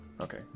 Okay